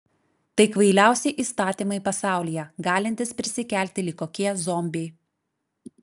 tai kvailiausi įstatymai pasaulyje galintys prisikelti lyg kokie zombiai